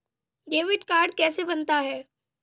Debit card कैसे बनता है?